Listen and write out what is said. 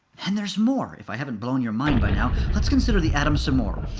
and there's more, if i haven't blown your mind by now. let's consider the atom some more.